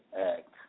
Act